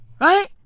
right